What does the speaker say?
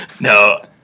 no